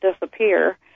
disappear